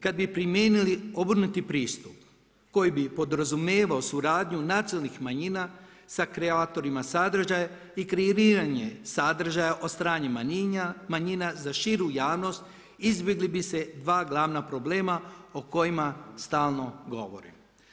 Kada bi primijenili obrnuti pristup koji bi podrazumijevao suradnju nacionalnih manjina sa kreatorima sadržaja i kreiranje sadržaja od strane manjina za širu javnost izbjegli bi se dva glavna problema o kojima stalno govorim.